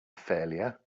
failure